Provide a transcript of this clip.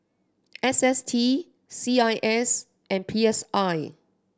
S S T C I S and P S I